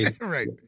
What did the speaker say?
Right